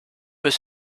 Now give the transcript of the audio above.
peut